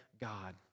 God